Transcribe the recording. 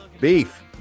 Beef